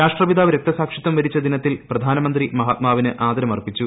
രാഷ്ട്രപിതാവ് രക്തസാക്ഷിത്വം വരിച്ച ദിനത്തിൽ പ്രധാനമന്ത്രി മഹാത്മാവിന് ആദരമർപ്പിച്ചു